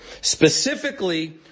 Specifically